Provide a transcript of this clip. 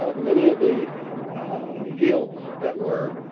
many of the fields that were